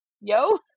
yo